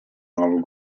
nuovo